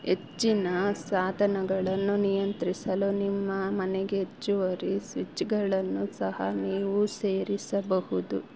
ಹೆಚ್ಚಿನ ಸಾಧನಗಳನ್ನು ನಿಯಂತ್ರಿಸಲು ನಿಮ್ಮ ಮನೆಗೆ ಹೆಚ್ಚುವರಿ ಸ್ವಿಚ್ಗಳನ್ನು ಸಹ ನೀವು ಸೇರಿಸಬಹುದು